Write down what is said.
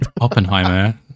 Oppenheimer